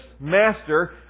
Master